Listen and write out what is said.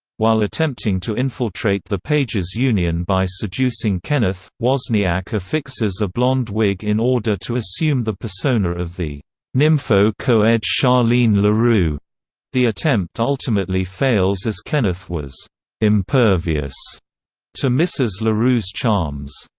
while attempting to infiltrate the pages union by seducing kenneth, wosniak affixes a blond wig in order to assume the persona of the nympho-coed charlene larue the attempt ultimately fails as kenneth was impervious to mrs. larue's charms.